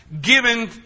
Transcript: given